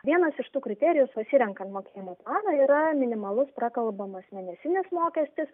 vienas iš tų kriterijų iš pasirenkant mokėjimo planą yra minimalus prakalbamas mėnesinis mokestis